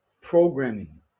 programming